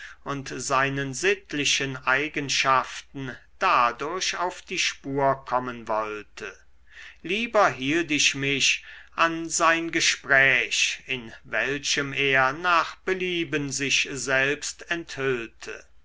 und seinen sittlichen eigenschaften dadurch auf die spur kommen wollte lieber hielt ich mich an sein gespräch in welchem er nach belieben sich selbst enthüllte